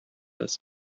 das